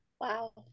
Wow